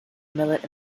millet